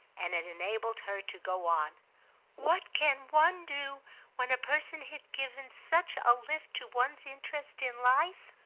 and it enabled her to go on what can one do when a person has given such a lift to one's interest in life?